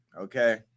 Okay